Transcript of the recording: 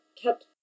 kept